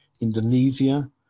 Indonesia